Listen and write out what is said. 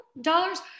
dollars